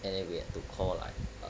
and then we had to call like err